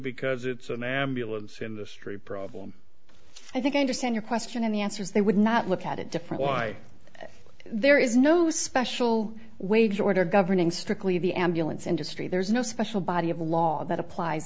because it's an ambulance industry problem i think i understand your question and the answer is they would not look at a difference why there is no special wage order governing strickly the ambulance industry there is no special body of law that applies